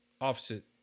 opposite